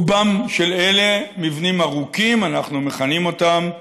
רובם של אלה מבנים ארוכים, אנחנו מכנים אותם,